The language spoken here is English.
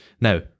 Now